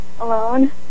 Alone